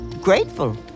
Grateful